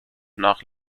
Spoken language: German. nach